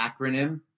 acronym